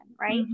right